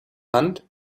hand